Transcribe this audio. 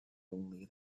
only